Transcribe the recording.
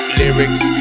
lyrics